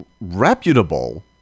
reputable